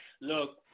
look